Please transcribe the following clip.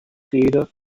rede